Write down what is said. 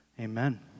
Amen